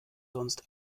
sonst